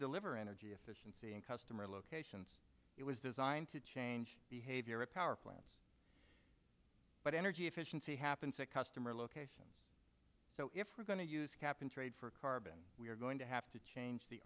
deliver energy efficiency in customer locations it was designed to change behavior a power plant but energy efficiency happens that customer location so if we're going to use cap and trade for carbon we are going to have to change the